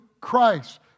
Christ